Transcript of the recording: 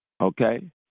okay